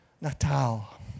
Natal